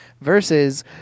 Versus